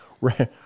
right